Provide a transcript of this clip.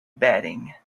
bedding